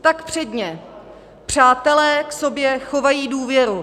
Tak předně, přátelé k sobě chovají důvěru.